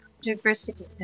diversity